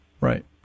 right